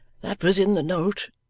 that was in the note